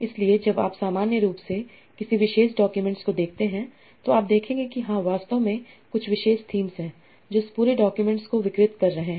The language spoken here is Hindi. इसलिए जब आप सामान्य रूप से किसी विशेष डॉक्यूमेंट्स को देखते हैं तो आप देखेंगे कि हाँ वास्तव में कुछ विशेष थीम हैं जो इस पूरे डॉक्यूमेंट्स को विकृत कर रहे हैं